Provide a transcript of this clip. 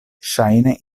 ŝajne